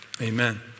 Amen